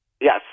Yes